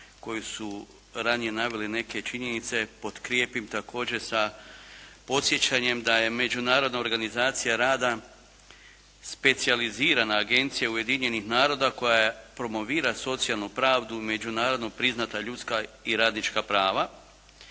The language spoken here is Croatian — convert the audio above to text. koji su ranije naveli neke činjenice, potkrijepim također sa podsjećanjem da je Međunarodna organizacija rada specijalizirana agencija Ujedinjenih naroda koja promovira socijalnu pravdu međunarodno priznata ljudska i radnička prava